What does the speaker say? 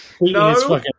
No